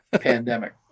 pandemic